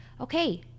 okay